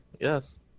Yes